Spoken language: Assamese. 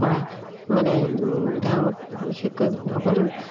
কৰা মানে গাঁৱত বিশেষকৈ অকল